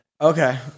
Okay